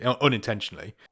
Unintentionally